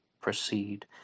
proceed